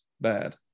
bad